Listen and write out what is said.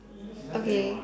okay